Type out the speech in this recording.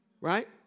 Right